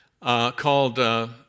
called